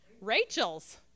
Rachel's